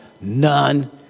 none